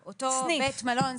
אותו בית מלון.